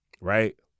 Right